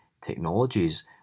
technologies